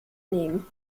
nehmen